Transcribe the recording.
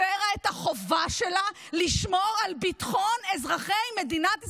הפרה את החובה שלה לשמור על ביטחון אזרחי מדינת ישראל.